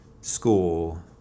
school